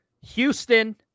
Houston